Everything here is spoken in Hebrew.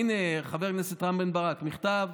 הינה, חבר הכנסת רם בן ברק, מכתב,